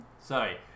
Sorry